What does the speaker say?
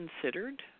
considered